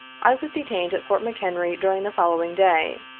i was detained at fort mchenry during the following day,